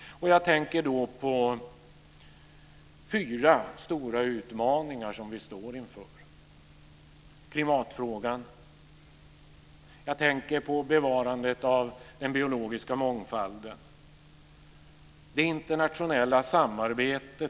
Jag tänker då på fyra stora utmaningar som vi står inför: För det första klimatfrågan. För det andra bevarandet av den biologiska mångfalden.